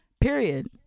Period